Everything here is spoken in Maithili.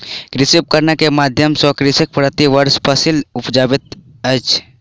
कृषि उपकरण के माध्यम सॅ कृषक प्रति वर्ष फसिल उपजाबैत अछि